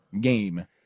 game